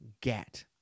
get